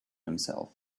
himself